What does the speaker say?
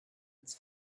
its